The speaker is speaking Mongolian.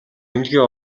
эмнэлгийн